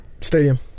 Stadium